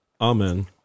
Amen